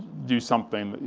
do something,